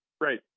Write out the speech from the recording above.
Right